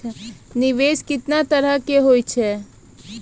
निवेश केतना तरह के होय छै?